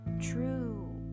True